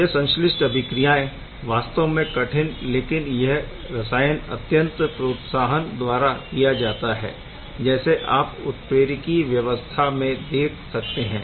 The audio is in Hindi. यह संश्लिष्ट अभिक्रियाएं वास्तव में कठिन लेकिन यह रसायन अत्यंत प्रोत्साहन द्वारा किया जाता है जैसे आप उत्प्रेरकी व्यवस्था में देख सकते हैं